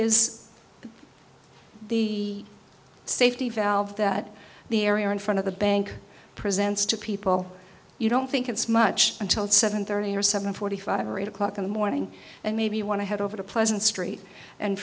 is the safety valve that the area in front of the bank presents to people you don't think it's much until seven thirty or seven forty five or eight o'clock in the morning and maybe you want to head over to pleasant street and